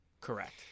correct